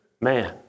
Man